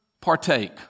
partake